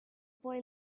boy